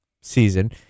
season